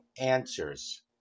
answers